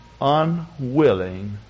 unwilling